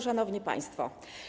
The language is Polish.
Szanowni Państwo!